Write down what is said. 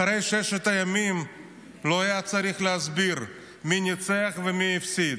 אחרי ששת הימים לא היה צריך להסביר מי ניצח ומי הפסיד.